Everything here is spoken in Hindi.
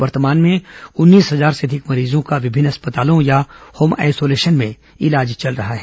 वर्तमान में उन्नीस हजार से अधिक मरीजों का विभिन्न अस्पतालों या होम आइसोलेशन में इलाज चल रहा है